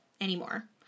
anymore